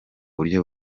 buryo